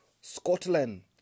Scotland